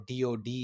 DOD